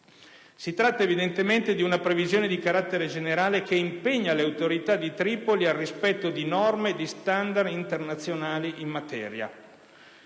Si tratta, evidentemente, di una previsione di carattere generale, che impegna le autorità di Tripoli al rispetto di norme e di standard internazionali in materia.